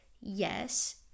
yes